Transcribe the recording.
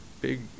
big